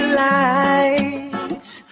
lights